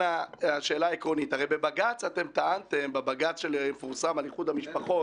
הרי בבג"ץ המפורסם על איחוד המשפחות